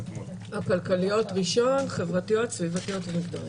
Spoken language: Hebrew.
כלכליות ראשון, חברתיות סביבתיות ומגדריות.